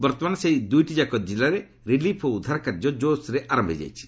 ବର୍ତ୍ତମାନ ସେହି ଦୁଇଟିଯାକ ଜିଲ୍ଲାରେ ରିଲିଫ୍ ଓ ଉଦ୍ଧାର କାର୍ଯ୍ୟ ଜୋର୍ସୋରରେ ଆରମ୍ଭ ହୋଇଯାଇଛି